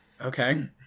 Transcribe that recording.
Okay